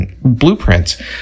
blueprints